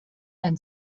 and